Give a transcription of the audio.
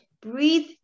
breathe